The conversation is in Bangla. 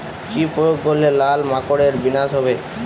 কি প্রয়োগ করলে লাল মাকড়ের বিনাশ হবে?